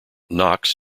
knox